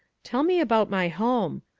tell me about my home,